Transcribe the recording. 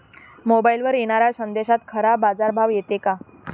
मोबाईलवर येनाऱ्या संदेशात खरा बाजारभाव येते का?